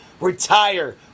retire